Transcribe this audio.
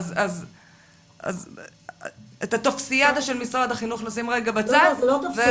אז את הטופסיאדה של משרד החינוך נשים רגע בצד ונתמקד.